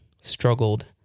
struggled